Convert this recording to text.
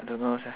I don't know